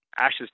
Ashes